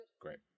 Great